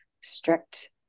strict